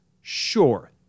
Sure